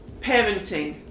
parenting